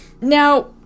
Now